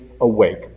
awake